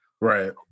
right